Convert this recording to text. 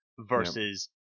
versus